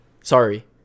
Sorry